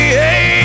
hey